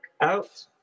out